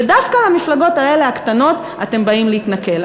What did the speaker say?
ודווקא למפלגות האלה הקטנות אתם באים להתנכל.